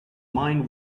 mind